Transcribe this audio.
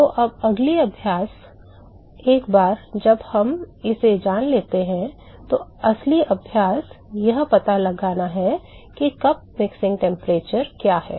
तो अब असली अभ्यास एक बार जब हम इसे जान लेते हैं तो असली अभ्यास यह पता लगाना है कि कप मिक्सिंग तापमान क्या है